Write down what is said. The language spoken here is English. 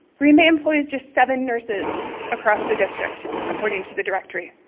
green bay employs just seven nurses across the district, according to the directory,